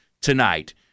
tonight